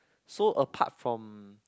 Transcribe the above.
so apart from